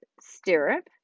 stirrup